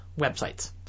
websites